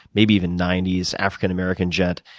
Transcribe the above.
maybe even ninety s, african american gent,